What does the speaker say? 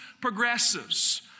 progressives